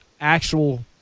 actual